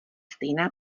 stejná